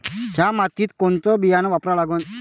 थ्या मातीत कोनचं बियानं वापरा लागन?